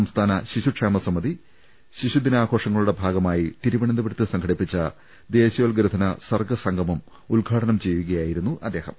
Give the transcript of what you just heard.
സംസ്ഥാന ശിശുക്ഷേമസമിതി ശിശുദിനാഘോഷങ്ങളുടെ ഭാഗമായി തിരു വനന്തപുരത്ത് സംഘടിപ്പിച്ച ദേശീയോദ്ഗ്രഥന സർഗ്ഗ സംഗമം ഉദ്ഘാടനം ചെയ്യുകയായിരുന്നു അദ്ദേഹം